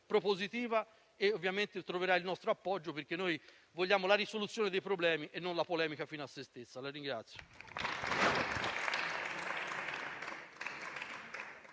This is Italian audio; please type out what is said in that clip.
propositiva e ovviamente troverà il nostro appoggio perché vogliamo la risoluzione dei problemi e non la polemica fine a se stessa.